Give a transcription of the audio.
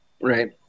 Right